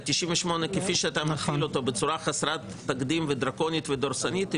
98 כפי שאתה מפעיל אותו בצורה חסרת תקדים ודרקונית ודורסנית היא